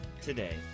today